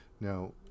now